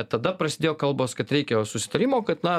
tada prasidėjo kalbos kad reikia susitarimo kad na